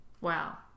wow